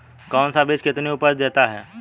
कौन सा बीज कितनी उपज देता है?